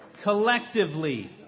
collectively